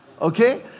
Okay